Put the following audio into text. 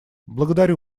благодарю